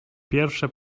pierwsze